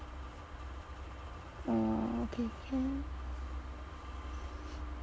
oh okay can